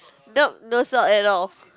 nope no salt at all